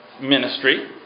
ministry